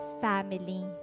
family